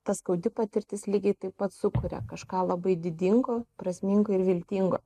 ta skaudi patirtis lygiai taip pat sukuria kažką labai didingo prasmingo ir viltingo